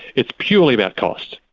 it's purely about cost.